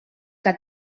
que